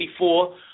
1984